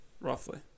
Roughly